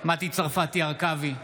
מטי צרפתי הרכבי,